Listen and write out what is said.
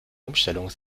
umstellung